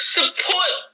Support